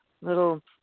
little